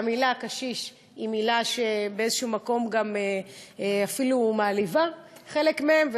והמילה קשיש היא מילה שבאיזשהו מקום אפילו מעליבה חלק מהם.